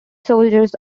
soldiers